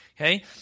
okay